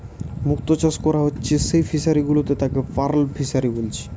মুক্ত চাষ কোরা হচ্ছে যেই ফিশারি গুলাতে তাকে পার্ল ফিসারী বলছে